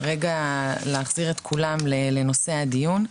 רגע להחזיר את כולם לנושא הדיון,